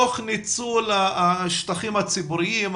תוך ניצול השטחים הציבוריים,